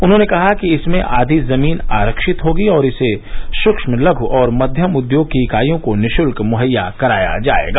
उन्होंने कहा कि इसमें आधी जमीन आरक्षित होगी और इसे सूक्ष्म लघु और मध्यम उद्योग की इकाइयों को निशुल्क मुहैया कराया जायेगा